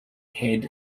head